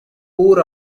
core